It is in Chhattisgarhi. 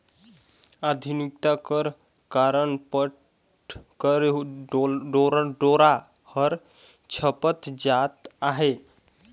आधुनिकता कर कारन पट कर डोरा हर छपत जात अहे